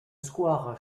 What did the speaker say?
square